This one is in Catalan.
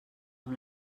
amb